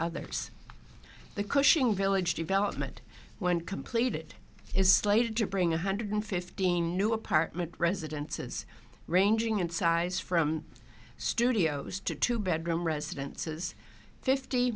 others the cushing village development when completed is slated to bring a hundred fifteen new apartment residences ranging in size from studios to two bedroom residences fifty